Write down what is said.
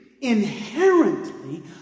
inherently